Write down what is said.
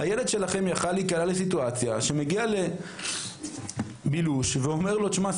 הילד שלכם יכול היה להיקלע לסיטואציה שהוא מגיע לבילוש ואומר לו: שמע,